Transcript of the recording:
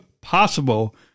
possible